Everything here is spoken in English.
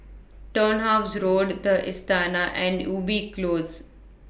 Turnhouse Road The Istana and Ubi Close